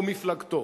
או מפלגתו.